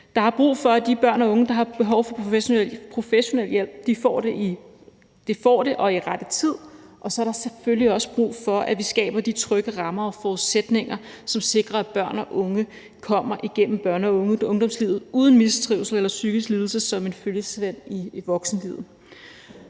Der er brug for, at de børn og unge, der har behov for professionel hjælp, får det og får det i rette tid, og så er der selvfølgelig også brug for, at vi skaber de trygge rammer og forudsætninger, som sikrer, at børn og unge kommer igennem børne- og ungdomslivet uden mistrivsel eller psykisk lidelse som en følgesvend i voksenlivet.